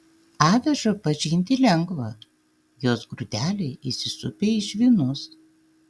avižą pažinti lengva jos grūdeliai įsisupę į žvynus